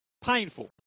painful